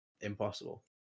impossible